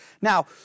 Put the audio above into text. Now